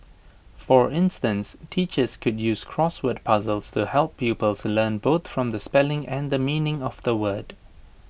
for instance teachers could use crossword puzzles to help pupils learn both the spelling and the meaning of the word